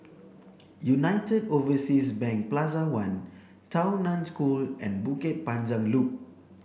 United Overseas Bank Plaza One Tao Nan School and Bukit Panjang Loop